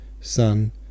son